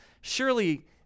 surely